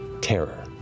terror